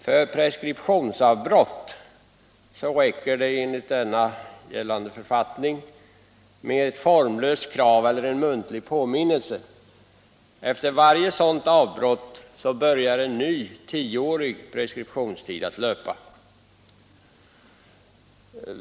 För preskriptionsavbrott räcker det enligt denna gällande författning med ett formlöst krav eller en muntlig påminnelse. Efter varje sådant avbrott börjar en ny tioårig preskriptionstid löpa.